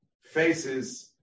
faces